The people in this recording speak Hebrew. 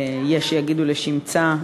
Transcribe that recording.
יש שיגידו לשמצה,